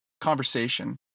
conversation